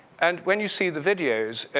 and when you see the videos,